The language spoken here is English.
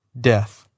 death